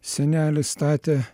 senelis statė